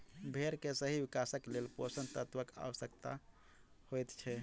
भेंड़ के सही विकासक लेल पोषण तत्वक आवश्यता होइत छै